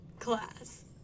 Class